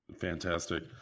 Fantastic